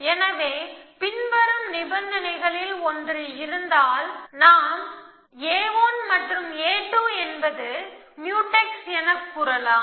எனவே பின்வரும் நிபந்தனைகளில் ஒன்று இருந்தால் நாம் a1 மற்றும் a2 என்பது முயூடெக்ஸ் எனக் கூறலாம்